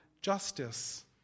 justice